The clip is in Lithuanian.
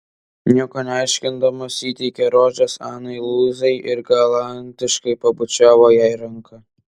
nieko neaiškindamas įteikė rožes anai luizai ir galantiškai pabučiavo jai ranką